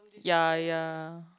ya ya